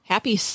Happy